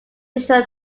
digital